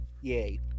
Yay